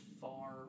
far